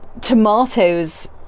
tomatoes